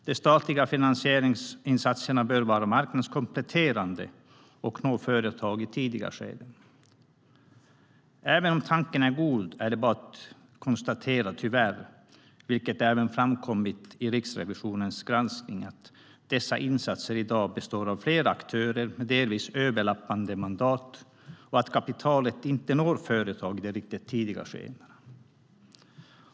De statliga finansieringsinsatserna bör vara marknadskompletterande och nå företag i tidiga skeden. Även om tanken är god är det tyvärr bara att konstatera, vilket också framkommit i Riksrevisionens granskning, att dessa insatser i dag består av flera aktörer med delvis överlappande mandat och att kapitalet inte når företag i riktigt tidiga skeden.